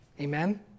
Amen